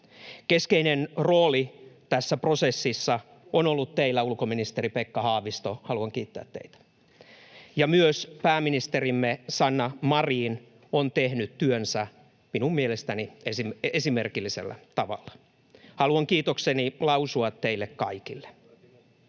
Keskeinen rooli tässä prosessissa on ollut teillä, ulkoministeri Pekka Haavisto, ja haluan kiittää teitä. Myös pääministerimme Sanna Marin on tehnyt työnsä minun mielestäni esimerkillisellä tavalla. Haluan kiitokseni lausua teille kaikille.